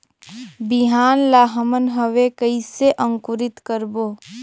बिहान ला हमन हवे कइसे अंकुरित करबो?